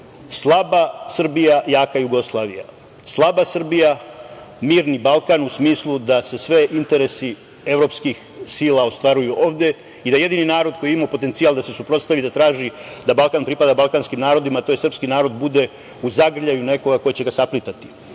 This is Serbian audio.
slaba Srbija, jaka Jugoslavija, slaba Srbija, mirni Balkan u smislu da se svi interesi evropskih sila ostvaruju ovde i da jedini narod koji je imao potencijal da se suprotstavi, da traži da Balkan pripada balkanskim narodima, to je da srpski narod bude u zagrljaju nekoga ko će saplitati. Tačno